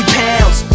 pounds